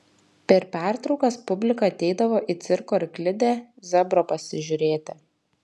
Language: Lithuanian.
per pertraukas publika ateidavo į cirko arklidę zebro pasižiūrėti